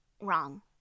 wrong